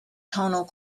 tonal